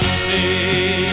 see